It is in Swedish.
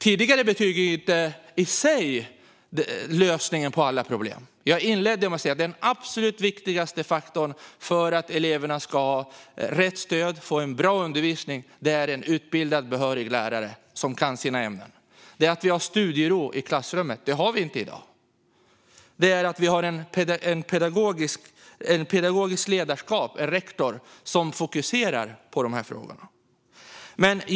Tidigare betyg är inte i sig lösningen på alla problem. Jag inledde med att säga att den absolut viktigaste faktorn för att eleverna ska få rätt stöd och bra undervisning är en utbildad, behörig lärare som kan sina ämnen. Det viktiga är att vi har studiero i klassrummet, vilket vi inte har i dag. Det viktiga är vi har ett pedagogiskt ledarskap, en rektor, som fokuserar på dessa frågor.